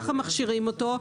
כך מכשירים אותו,